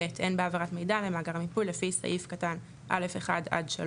(ב) אין בעברת מידע למאגר המיפוי לפי סעיף קטן (א)(1) עד (3)